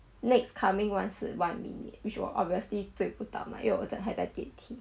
next coming one 是 one minute which was obviously 追不到吗因为我在还在电梯